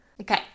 Okay